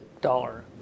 dollar